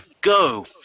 go